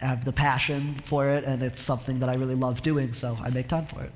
have the passion for it and it's something that i really love doing so i make time for it.